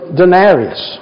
denarius